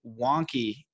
wonky